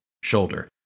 shoulder